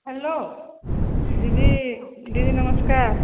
hello ଦିଦି ଦିଦି ନମସ୍କାର